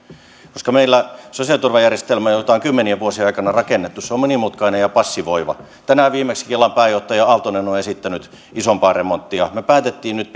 meillä sosiaaliturvajärjestelmä jota on kymmenien vuosien aikana rakennettu on monimutkainen ja passivoiva tänään viimeksi kelan pääjohtaja aaltonen on on esittänyt isompaa remonttia me päätimme nyt